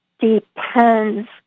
depends